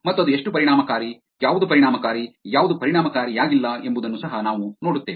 ಮತ್ತು ಅದು ಎಷ್ಟು ಪರಿಣಾಮಕಾರಿ ಯಾವುದು ಪರಿಣಾಮಕಾರಿ ಯಾವುದು ಪರಿಣಾಮಕಾರಿಯಾಗಿಲ್ಲ ಎಂಬುದನ್ನು ಸಹ ನಾವು ನೋಡುತ್ತೇವೆ